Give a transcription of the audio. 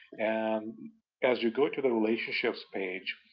and as you go to the relationships page,